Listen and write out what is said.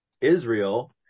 Israel